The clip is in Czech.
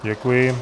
Děkuji.